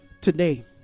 today